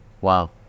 Wow